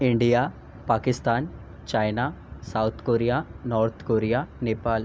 India Pakistan China South Korea North Korea Nepal